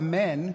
men